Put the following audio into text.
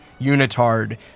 unitard